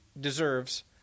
deserves